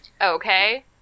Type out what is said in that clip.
Okay